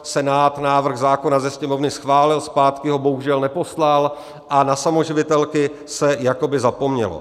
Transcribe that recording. Senát návrh zákona ze Sněmovny schválil, zpátky ho bohužel neposlal, a na samoživitelky se jakoby zapomnělo.